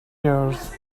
yours